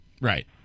Right